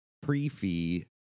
pre-fee